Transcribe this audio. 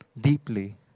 deeply